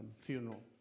funeral